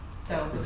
so.